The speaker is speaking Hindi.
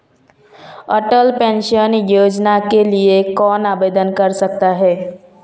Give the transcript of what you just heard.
अटल पेंशन योजना के लिए कौन आवेदन कर सकता है?